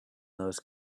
those